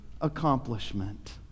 accomplishment